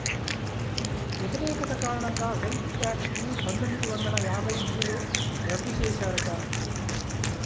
వ్యతిరేకత కారణంగా wealth tax ని పందొమ్మిది వందల యాభై మూడులో రద్దు చేశారట